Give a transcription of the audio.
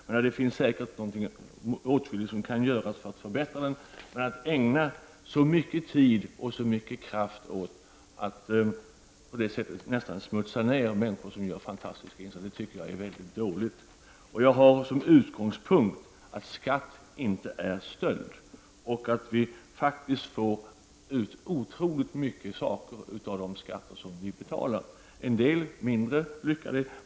Det finns säkert åtskilligt som kan göras för att förbättra den offentliga sektorn, men att ägna så mycken tid och kraft åt att nästan smutsa ner människor som gör en fantastisk insats anser jag är mycket dåligt gjort. Jag har som utgångspunkt att skatt inte är stöld. Vi får faktiskt otroligt många saker för de skatter som vi betalar. En del skatter är mindre lyckade.